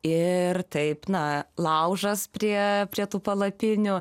ir taip na laužas prie prie tų palapinių